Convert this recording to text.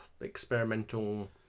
experimental